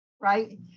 right